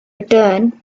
return